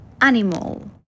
animal